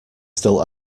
still